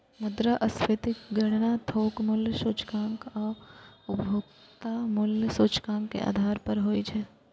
मुद्रास्फीतिक गणना थोक मूल्य सूचकांक आ उपभोक्ता मूल्य सूचकांक के आधार पर होइ छै